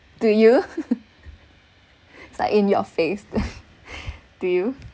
do you it's like in your face do you